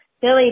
Billy